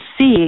see